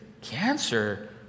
Cancer